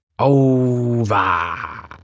over